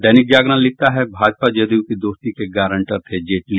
दैनिक जागरण लिखता है भाजपा जदयू की दोस्ती के गारंटर थे जेटली